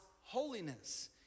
holiness